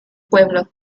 pueblo